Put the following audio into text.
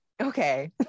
Okay